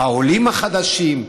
העולים החדשים.